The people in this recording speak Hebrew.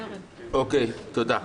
תודה.